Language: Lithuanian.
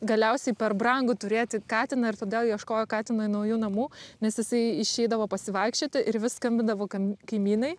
galiausiai per brangu turėti katiną ir todėl ieškojo katinui naujų namų nes jisai išeidavo pasivaikščioti ir vis skambindavo kam kaimynai